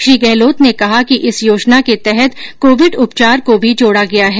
श्री गहलोत ने कहा कि इस योजना के तहत कोविड उपचार को भी जोडा गया है